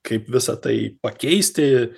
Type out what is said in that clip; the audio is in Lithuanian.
kaip visa tai pakeisti